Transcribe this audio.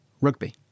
rugby